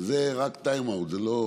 זה רק טיים-אאוט, זה לא